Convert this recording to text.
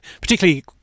particularly